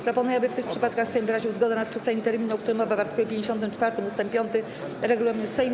Proponuję, aby w tych przypadkach Sejm wyraził zgodę na skrócenie terminu, o którym mowa w art. 54 ust. 5 regulaminu Sejmu.